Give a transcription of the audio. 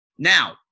Now